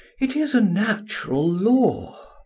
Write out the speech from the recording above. it is a natural law.